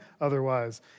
otherwise